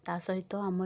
ତା' ସହିତ ଆମର